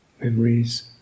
memories